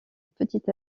petit